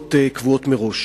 נוסחאות קבועות מראש.